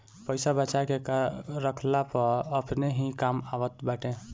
पईसा बचा के रखला पअ अपने ही काम आवत बाटे